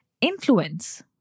influence